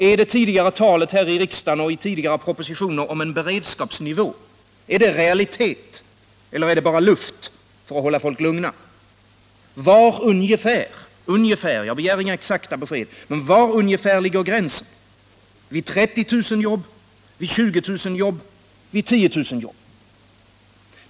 Är det tidigare talet här i riksdagen och i tidigare propositioner om en beredskapsnivå en realitet eller är det bara luft för att hålla folk lugna? Var ungefär — jag begär inga exakta besked — ligger gränsen, vid 30 000 jobb, vid 20 000 jobb, vid 10 000 jobb?